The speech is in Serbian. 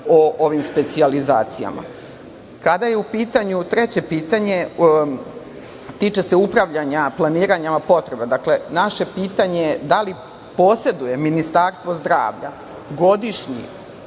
o ovim specijalizacijama? Kada je u pitanju treće pitanje, tiče se upravljanja planiranja potreba. Naše pitanje je, da li poseduje Ministarstvo zdravlja godišnji